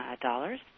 dollars